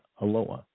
Aloha